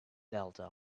delta